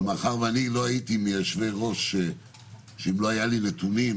אבל מאחר שאני לא הייתי מהיושבי-ראש שאם לא היו לי נתונים,